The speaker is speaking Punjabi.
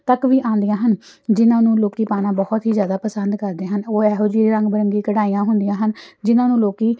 ਤੱਕ ਵੀ ਆਉਂਦੀਆਂ ਹਨ ਜਿਨ੍ਹਾਂ ਨੂੰ ਲੋਕੀ ਪਾਉਣਾ ਬਹੁਤ ਹੀ ਜ਼ਿਆਦਾ ਪਸੰਦ ਕਰਦੇ ਹਨ ਉਹ ਇਹੋ ਜਿਹੀ ਰੰਗ ਬਿਰੰਗੀ ਕਢਾਈਆਂ ਹੁੰਦੀਆਂ ਹਨ ਜਿਨ੍ਹਾਂ ਨੂੰ ਲੋਕ